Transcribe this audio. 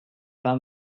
pas